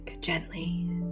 gently